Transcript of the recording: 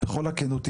בכל הכנות,